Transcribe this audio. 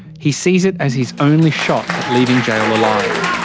he sees it as his only shot at leaving jail alive.